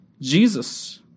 Jesus